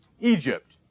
Egypt